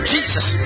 Jesus